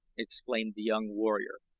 exclaimed the young warrior.